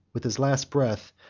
with his last breath,